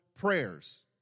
prayers